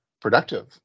productive